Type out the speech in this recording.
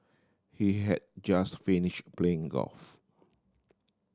he had just finished playing golf